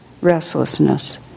restlessness